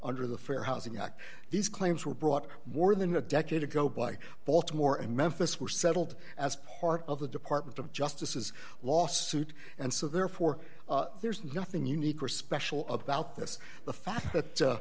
under the fair housing act these claims were brought more than a decade ago by baltimore and memphis were settled as part of the department of justice's lawsuit and so therefore there's nothing unique or special about this the fact that